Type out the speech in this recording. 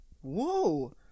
Whoa